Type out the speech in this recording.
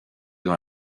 dans